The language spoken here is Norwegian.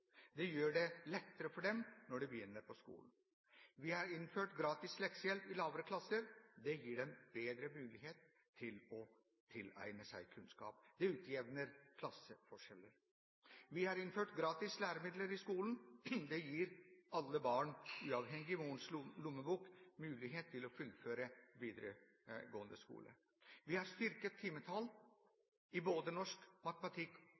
Det gjør det lettere for dem når de begynner på skolen. Vi har innført gratis leksehjelp i lavere klasser. Det gir elevene bedre mulighet til å tilegne seg kunnskap. Det utjevner klasseforskjeller. Vi har innført gratis læremidler i skolen. Det gir alle barn, uavhengig av noens lommebok, mulighet til å fullføre videregående skole. Vi har styrket timetallet i både norsk, matematikk